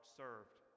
served